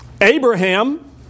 Abraham